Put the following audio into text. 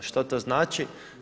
Što to znači?